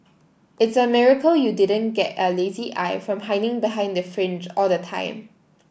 it's a miracle you didn't get a lazy eye from hiding behind the fringe all the time